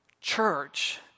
Church